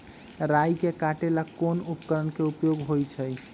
राई के काटे ला कोंन उपकरण के उपयोग होइ छई?